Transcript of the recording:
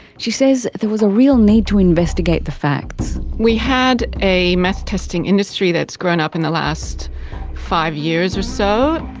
she says there was a real need to investigate the facts. we had a meth testing industry that's grown up in the last five years or so.